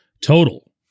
total